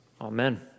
Amen